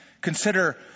Consider